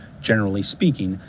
generally speaking,